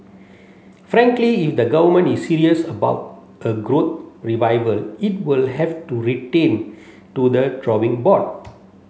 frankly if the government is serious about a growth revival it will have to retain to the drawing board